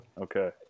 Okay